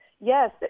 Yes